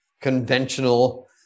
conventional